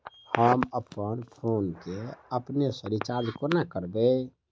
हम अप्पन फोन केँ अपने सँ रिचार्ज कोना करबै?